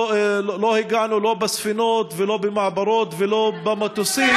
לא הגענו לא בספינות ולא במעברות ולא במטוסים.